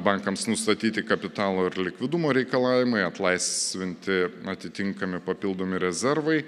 bankams nustatyti kapitalo ir likvidumo reikalavimai atlaisvinti atitinkami papildomi rezervai